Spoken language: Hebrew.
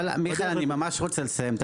מיכאל, אני ממש רוצה לסיים.